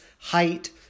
height